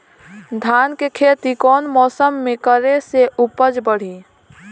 धान के खेती कौन मौसम में करे से उपज बढ़ी?